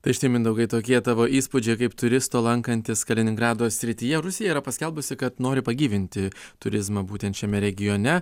tai štai mindaugai tokie tavo įspūdžiai kaip turisto lankantis kaliningrado srityje rusija yra paskelbusi kad nori pagyvinti turizmą būtent šiame regione